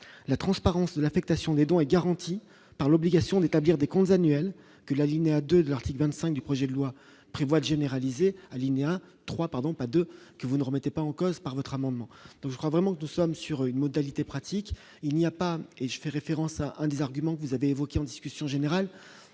la transparence de l'affectation des dons est garantie par l'obligation d'établir des comptes annuels que l'alinéa 2 de l'article 25 du projet de loi. Prévoit de généraliser alinéa 3 pardon, pas de que vous ne remettait pas en cause, par votre amendement, donc je crois vraiment que nous sommes sur une modalité pratique, il n'y a pas, et je fais référence à des arguments que vous avez évoqué en discussion générale